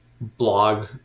blog